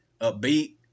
upbeat